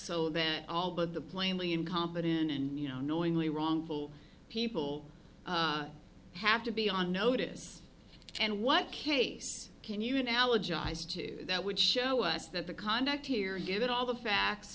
so that all but the plainly incompetent and you know knowingly wrongful people have to be on notice and what case can you analogize to that would show us that the conduct here given all the facts